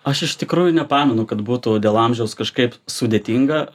aš iš tikrųjų nepamenu kad būtų dėl amžiaus kažkaip sudėtinga